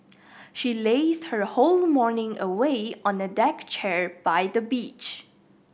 she lazed her whole morning away on a deck chair by the beach